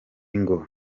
ngo